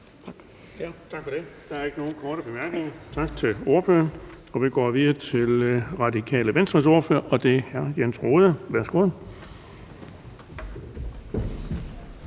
Tak for det. Der er ikke nogen korte bemærkninger. Tak til ordføreren, og vi går videre til Radikale Venstres ordfører, og det er hr. Jens Rohde. Værsgo.